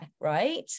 right